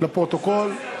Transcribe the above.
לפרוטוקול.